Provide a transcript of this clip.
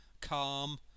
calm